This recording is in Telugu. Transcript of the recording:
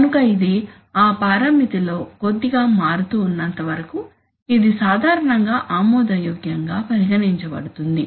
కనుక ఇది ఆ పరిమితిలో కొద్దిగా మారుతూ ఉన్నంతవరకు ఇది సాధారణంగా ఆమోదయోగ్యంగా పరిగణించబడుతుంది